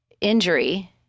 injury